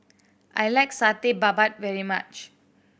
I like Satay Babat very much